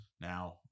Now